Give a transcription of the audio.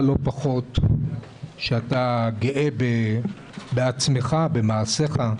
שאתה גאה בעצמך במעשיך,